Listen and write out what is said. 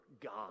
God